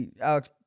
Alex